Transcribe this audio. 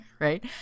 right